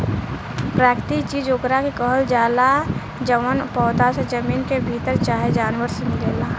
प्राकृतिक चीज ओकरा के कहल जाला जवन पौधा से, जमीन के भीतर चाहे जानवर मे मिलेला